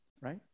right